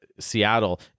Seattle